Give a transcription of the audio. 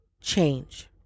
change